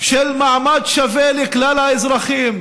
של מעמד שווה לכלל האזרחים,